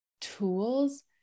tools